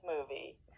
movie